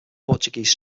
portuguese